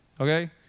okay